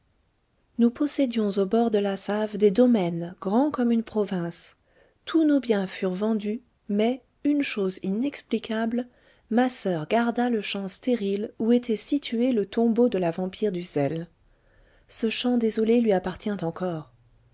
nous possédions aux bords de la save des domaines grands comme une province tous nos biens furent vendus mais une chose inexplicable ma soeur garda le champ stérile où était situé le tombeau de la vampire d'uszel ce champ désolé lui appartient encore